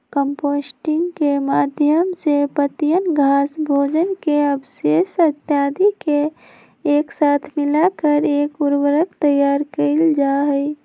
composting के माध्यम से पत्तियन, घास, भोजन के अवशेष इत्यादि के एक साथ मिलाकर एक उर्वरक तैयार कइल जाहई